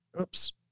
oops